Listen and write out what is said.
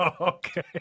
Okay